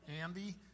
Andy